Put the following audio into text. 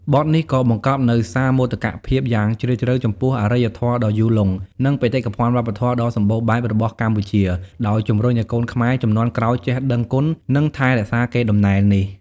បទនេះក៏បង្កប់នូវសារមោទកភាពយ៉ាងជ្រាលជ្រៅចំពោះអរិយធម៌ដ៏យូរលង់ និងបេតិកភណ្ឌវប្បធម៌ដ៏សម្បូរបែបរបស់កម្ពុជា ដោយជំរុញឲ្យកូនខ្មែរជំនាន់ក្រោយចេះដឹងគុណ និងថែរក្សាកេរដំណែលនេះ។